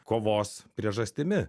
kovos priežastimi